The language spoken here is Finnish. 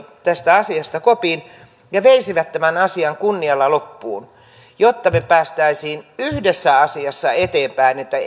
tästä asiasta kopin ja veisivät tämän asian kunnialla loppuun jotta me pääsisimme yhdessä asiassa eteenpäin että